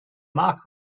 mark